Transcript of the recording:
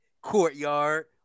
courtyard